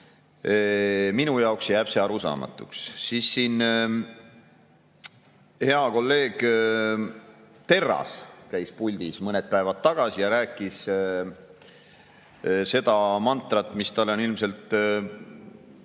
Minu jaoks jääb see arusaamatuks. Hea kolleeg Terras käis siin puldis mõned päevad tagasi ja rääkis seda mantrat, mis talle on ilmselt